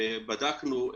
בדקנו,